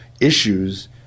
issues